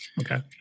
Okay